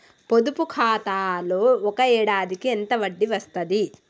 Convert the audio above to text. పొదుపు ఖాతాలో ఒక ఏడాదికి ఎంత వడ్డీ వస్తది?